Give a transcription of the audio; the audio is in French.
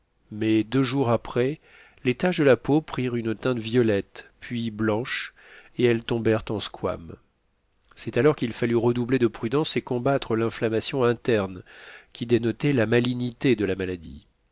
mais deux jours après les taches de la peau prirent une teinte violette puis blanche et elles tombèrent en squames c'est alors qu'il fallut redoubler de prudence et combattre l'inflammation interne qui dénotait la malignité de la maladie